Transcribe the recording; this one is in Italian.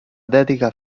dedica